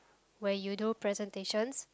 where you do presentations